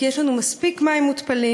כי יש לנו מספיק מים מותפלים,